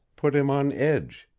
put him on edge.